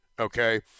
okay